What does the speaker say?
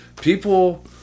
people